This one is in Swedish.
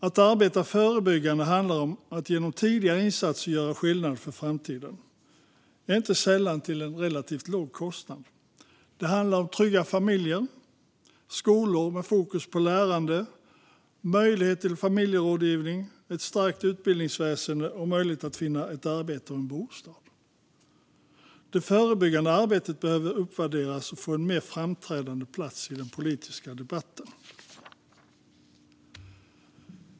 Att arbeta förebyggande handlar om att genom tidiga insatser göra skillnad för framtiden, inte sällan till en relativt låg kostnad. Det handlar om trygga familjer, skolor med fokus på lärande, möjlighet till familjerådgivning, ett starkt utbildningsväsen och möjlighet att finna ett arbete och en bostad. Det förebyggande arbetet behöver uppvärderas och få en mer framträdande plats i den politiska debatten.